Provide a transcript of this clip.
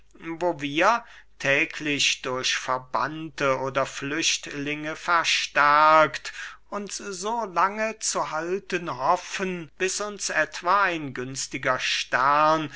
wo wir täglich durch verbannte oder flüchtlinge verstärkt uns so lange zu halten hoffen bis uns etwa ein günstiger stern